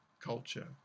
culture